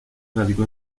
radicó